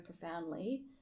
profoundly